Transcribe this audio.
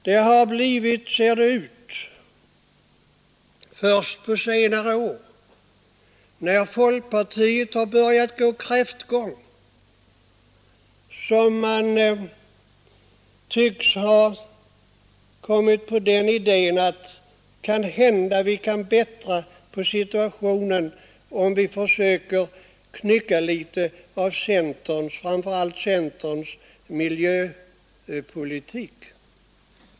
Det är först på senare år, när folkpartiet har börjat gå kräftgång, som man tycks ha kommit på den idén att kanhända man kan bättra på situationen om man försöker knycka litet av framför allt centerns miljöpolitik.